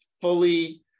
fully